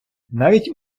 навіть